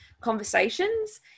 conversations